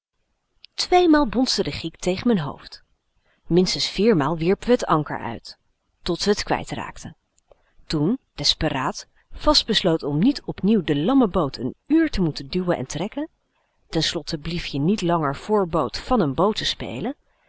tweemaal bonsde de giek tegen m'n hoofd minstens viermaal wierpen we het anker uit tot we het kwijt raakten toen desperaat vastbesloten om niet opnieuw de lamme boot n uur te moeten duwen en trekken ten slotte blièf je niet langer voor boot van n boot te spelen